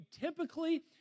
Typically